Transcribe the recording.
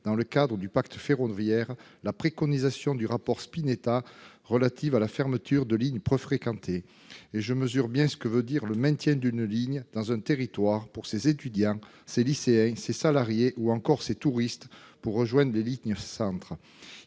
dans le cadre du pacte ferroviaire, la préconisation du rapport Spinetta relative à la fermeture de lignes peu fréquentées. Je mesure bien ce que veut dire le maintien d'une ligne dans un territoire pour ses étudiants, ses lycéens, ses salariés ou encore ses touristes pour rejoindre des lignes centres.